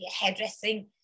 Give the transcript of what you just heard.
hairdressing